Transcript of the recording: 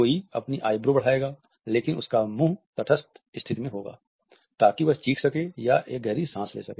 कोई अपनी आइब्रो बढ़ाएगा लेकिन उसका मुंह तटस्थ स्थिति में होगा ताकि वह चीख सके या एक गहरी सांस ले सके